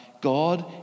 God